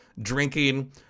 drinking